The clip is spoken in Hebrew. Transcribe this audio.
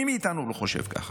מי מאיתנו לא חושב ככה?